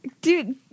Dude